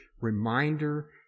reminder